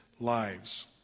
lives